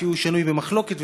כי הוא שנוי במחלוקת,